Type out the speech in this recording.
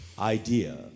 idea